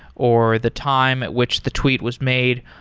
or the time at which the tweet was made.